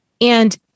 And-